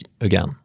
again